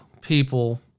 people